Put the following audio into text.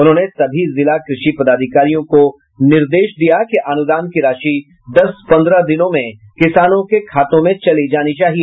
उन्होंने सभी जिला कृषि पदाधिकारियों को निर्देश दिया कि अनुदान की राशि दस पन्द्रह दिनों में किसानों के खाते में चला जाना चाहिए